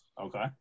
Okay